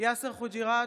יאסר חוג'יראת,